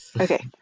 Okay